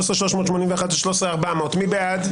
13,381 עד 13,400, מי בעד?